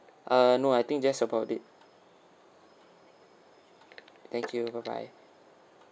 uh no I think just about it thank you bye bye